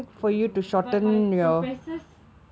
I don't know but my professors